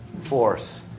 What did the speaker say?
force